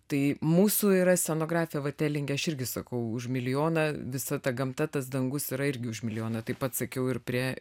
tai mūsų yra scenografija vat elinge aš irgi sakau už milijoną visa ta gamta tas dangus yra irgi už milijoną taip pat sakiau ir prie